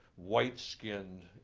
white skin,